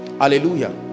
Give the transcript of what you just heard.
Hallelujah